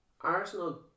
Arsenal